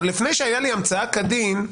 לפני שהייתה לו המצאה כדין,